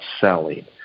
selling